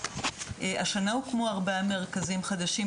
השנה הוקמו ארבעה מרכזים חדשים,